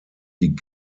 die